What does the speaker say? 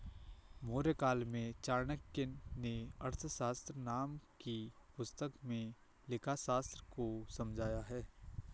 मौर्यकाल में चाणक्य नें अर्थशास्त्र नाम की पुस्तक में लेखाशास्त्र को समझाया है